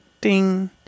ding